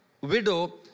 widow